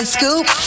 Scoop